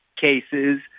cases